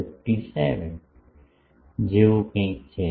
1157 જેવું કંઈક છે